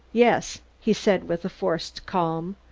yes, he said with a forced calm.